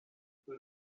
put